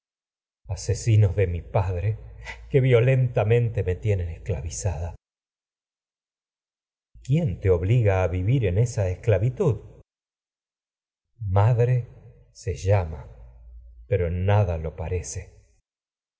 asesinos me de mi padre que violentamente tienen esclavizada orestes vitud electra y quién te obliga a vivir en esa escla madre se llama pero te en nada lo parece